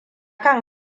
kan